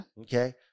Okay